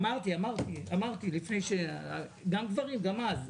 אמרתי, אמרתי, גם גברים, גם אז.